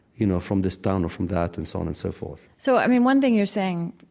you know, from this town or from that and so on and so forth so, i mean, one thing you're saying,